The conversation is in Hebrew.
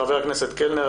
חבר הכנסת קלנר.